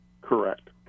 correct